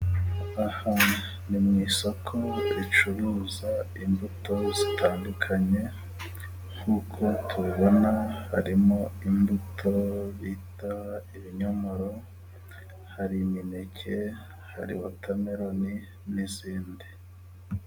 Ni mu isoko ricuruza imbuto zitandukanye nk'uko tubibona harimo: imbuto bita ibinyomoro, hari imineke, hari watomelon n'izindi.